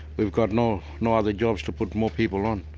we've got no no other jobs to put more people on.